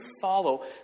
follow